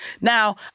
Now